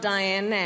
Diane